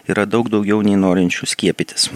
yra daug daugiau nei norinčių skiepytis